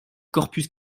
corpus